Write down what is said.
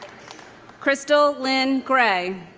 crystal lynn gray